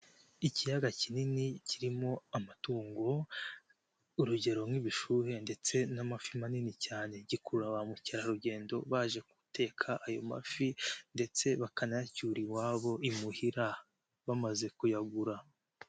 Ikiyaga kinini kirimo amatungo, urugero: nk'ibishuhe ndetse n'amafi manini cyane. Gikurura ba mukerarugendo baje guteka ayo mafi ndetse bakanayacyura iwabo imuhira, bamaze kuyagura.